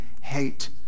hate